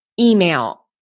email